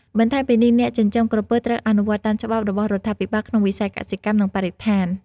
បន្ថែមពីនេះអ្នកចិញ្ចឹមក្រពើត្រូវអនុវត្តតាមច្បាប់របស់រដ្ឋាភិបាលក្នុងវិស័យកសិកម្ម និងបរិស្ថាន។